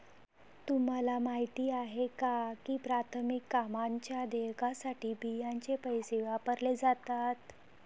तुम्हाला माहिती आहे का की प्राथमिक कामांच्या देयकासाठी बियांचे पैसे वापरले जातात?